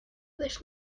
this